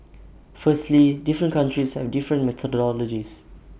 firstly different countries have different methodologies